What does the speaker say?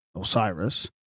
Osiris